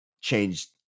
changed